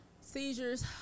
Seizures